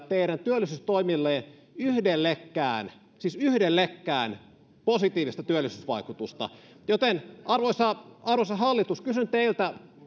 teidän työllisyystoimillenne yhdellekään siis yhdellekään positiivista työllisyysvaikutusta joten arvoisa arvoisa hallitus kysyn teiltä